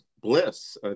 bliss